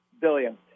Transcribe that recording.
billion